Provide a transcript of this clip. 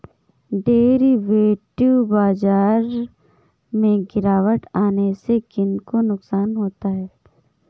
Derivative बाजार में गिरावट आने से किन को नुकसान होता है?